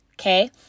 Okay